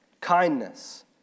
kindness